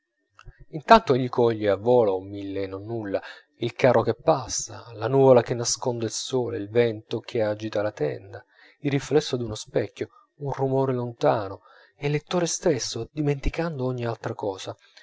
intanto egli coglie a volo mille nonnulla il carro che passa la nuvola che nasconde il sole il vento che agita la tenda il riflesso d'uno specchio un rumore lontano e il lettore stesso dimenticando ogni altra cosa